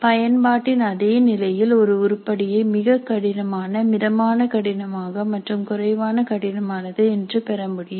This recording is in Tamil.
பயன்பாட்டின் அதே நிலையில் ஒரு உருப்படியை மிகக் கடினமான மிதமான கடினமான மற்றும் குறைவான கடினமானது என்று பெற முடியும்